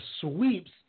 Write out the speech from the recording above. sweeps